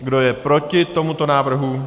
Kdo je proti tomuto návrhu?